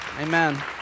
Amen